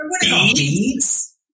Beads